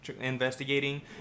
investigating